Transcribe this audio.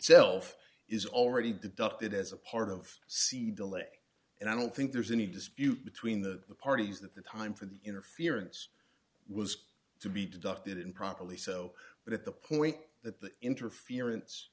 itself is already deducted as a part of c delay and i don't think there's any dispute between the parties that the time for the interference was to be deducted and properly so but at the point that the interference